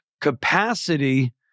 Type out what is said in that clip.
capacity